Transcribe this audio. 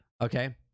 Okay